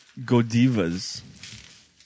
Godivas